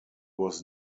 was